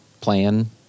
plan